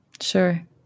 sure